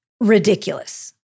ridiculous